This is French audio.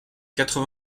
quatre